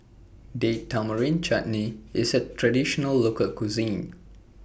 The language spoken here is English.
Date Tamarind Chutney IS A Traditional Local Cuisine